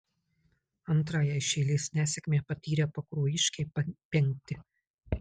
antrąją iš eilės nesėkmę patyrę pakruojiškiai penkti